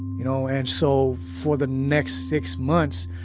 you know, and so, for the next six months,